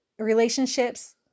relationships